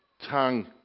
tongue